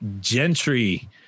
Gentry